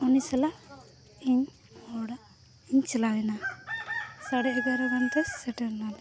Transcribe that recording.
ᱩᱱᱤ ᱥᱟᱞᱟᱜ ᱤᱧ ᱚᱲᱟᱜ ᱤᱧ ᱪᱟᱞᱟᱣ ᱮᱱᱟ ᱥᱟᱲᱮ ᱮᱜᱟᱨᱚ ᱜᱟᱱᱛᱮ ᱥᱮᱴᱮᱨ ᱮᱱᱟᱞᱤᱧ